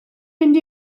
mynd